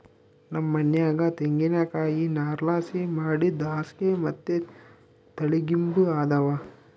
ನಮ್ ಮನ್ಯಾಗ ತೆಂಗಿನಕಾಯಿ ನಾರ್ಲಾಸಿ ಮಾಡಿದ್ ಹಾಸ್ಗೆ ಮತ್ತೆ ತಲಿಗಿಂಬು ಅದಾವ